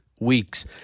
weeks